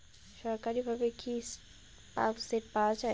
সরকারিভাবে কি পাম্পসেট পাওয়া যায়?